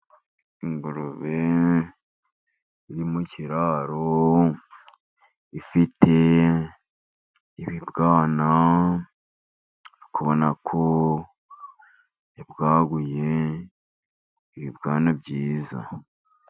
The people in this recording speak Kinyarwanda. Ingurube iri mu kiraro ifite ibibwana, uri kubona ko yabwaguye ibibwana byiza.